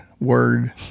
word